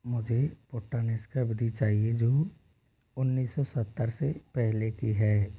मुझे विधि चाहिए जो उन्नीस सौ सत्तर से पहले की है